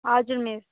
हजुर मिस